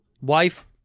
wife